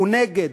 הוא נגד.